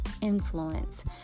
influence